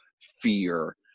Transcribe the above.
fear